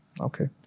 okay